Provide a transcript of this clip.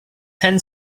ten